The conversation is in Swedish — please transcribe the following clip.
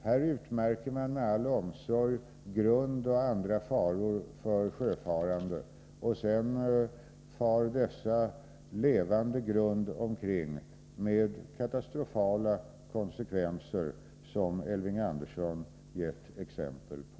Här utmärker man med all omsorg grund och andra faror för sjöfarande, och sedan far dessa levande grund omkring med katastrofala konsekvenser, som Elving Andersson givit exempel på.